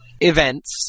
events